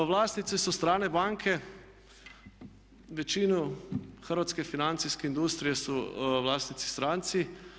Vlasnice su strane banke, većinu hrvatske financijske industrije su vlasnici stranci.